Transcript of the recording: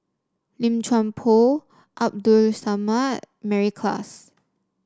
Lim Chuan Poh Abdul Samad Mary Klass